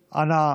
1625,